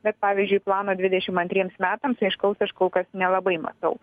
bet pavyzdžiui plano dvidešim antriems metams aiškaus aš kol kas nelabai matau